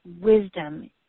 Wisdom